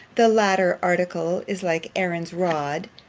the latter article is like aaron's rod,